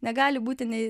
negali būti nei